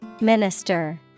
Minister